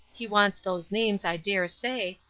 he wants those names, i dare say,